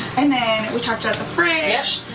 and then we talked about the fridge.